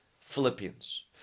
Philippians